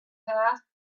passed